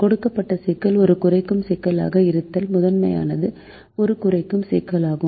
கொடுக்கப்பட்ட சிக்கல் ஒரு குறைக்கும் சிக்கலாக இருந்தால் முதன்மையானது ஒரு குறைக்கும் சிக்கலாகும்